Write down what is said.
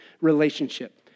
relationship